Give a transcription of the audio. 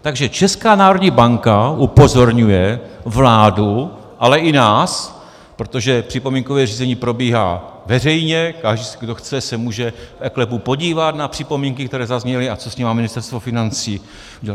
Takže Česká národní banka upozorňuje vládu, ale i nás, protože připomínkové řízení probíhá veřejně, kdo chce, se může v eKLEPu podívat na připomínky, které zazněly, a co s nimi Ministerstvo financí udělalo.